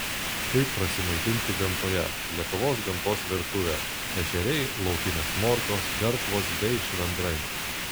kaip prasimaitinti gamtoje lietuvos gamtos virtuvė ešeriai laukinės morkos garšvos bei švendrai